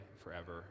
forever